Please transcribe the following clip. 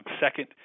Second